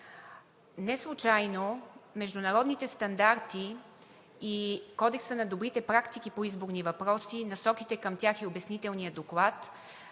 Неслучайно международните стандарти и Кодекса на добрите практики по изборни въпроси, насоките към тях и обяснителния доклад,